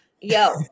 Yo